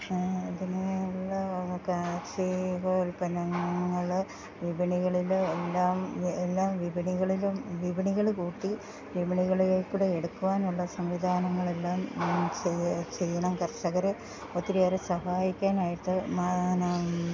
പിന്നെ കാര്ഷീക ഉൽപ്പന്നങ്ങൾ വിപണികളിൽ എല്ലാം എല്ലാം വിപണികളിലും വിപണികൾ കൂട്ടി വിപണികളിലെക്കൂടെ എടുക്കുവാനുള്ള സംവിധാനങ്ങൾ എല്ലാം ചെയ്ത് ചെയ്യണം കർഷകരെ ഒത്തിരി ഏറെ സഹായിക്കാനായിട്ട് മാനം